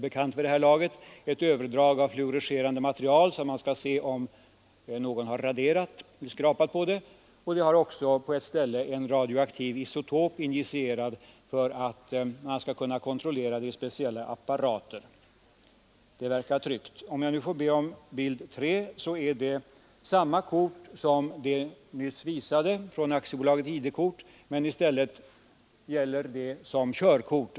Det har ett överdrag av fluorescerande material för att man skall kunna se om någon har raderat eller skrapat på kortet. På ett ställe har det även en radioaktiv isotop injicerad för att man därmed skall kunna kontrollera kortet i speciella apparater. På nästa bild ser vi samma kort som det nyss visade från AB ID-kort men i stället gäller detta som körkort.